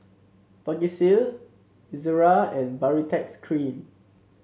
Vagisil Ezerra and Baritex Cream